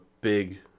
big